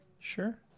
Sure